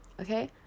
okay